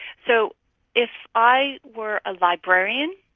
so if i were a librarian